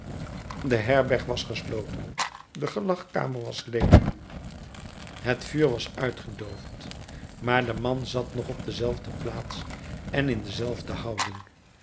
de herberg was gesloten de gelagkamer was ledig het vuur was uitgedoofd maar de man zat nog op dezelfde plaats en in dezelfde houding